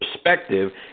Perspective